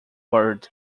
bird